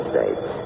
States